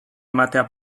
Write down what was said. ematea